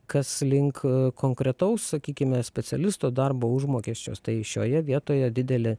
kas link konkretaus sakykime specialisto darbo užmokesčio tai šioje vietoje didelį